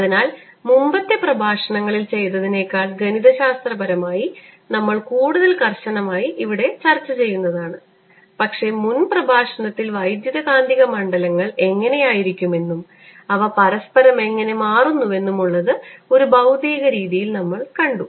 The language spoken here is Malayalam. അതിനാൽ മുമ്പത്തെ പ്രഭാഷണങ്ങളിൽ ചെയ്തതിനേക്കാൾ ഗണിതശാസ്ത്രപരമായി നമ്മൾ കൂടുതൽ കർശനമായി ഇവിടെ ചർച്ച ചെയ്യുന്നതാണ് പക്ഷേ മുൻ പ്രഭാഷണത്തിൽ വൈദ്യുത കാന്തിക മണ്ഡലങ്ങൾ എങ്ങനെയായിരിക്കുമെന്നും അവ പരസ്പരം എങ്ങനെ മാറുന്നുവെന്നും ഉള്ളത് ഒരു ഭൌതിക രീതിയിൽ നമ്മൾ കണ്ടു